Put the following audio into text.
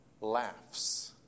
laughs